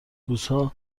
روزها